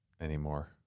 anymore